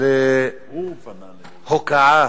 להוקעה